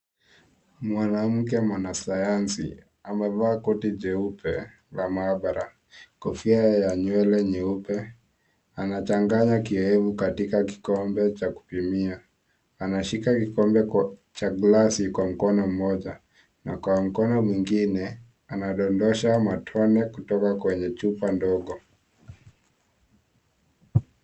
Mwanamke mwanasayansi amevaa koti jeupe la maabara, kofia ya nywele nyeupe. Anachanganya kievu katika kikombe cha kupimia. Anashika kikombe cha glasi kwa mkono mmoja, na kwa mkono mwingine anadondosha matone kutoka kwenye chupa ndogo.